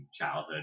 childhood